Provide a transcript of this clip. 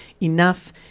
Enough